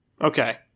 Okay